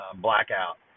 Blackout